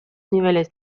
niveles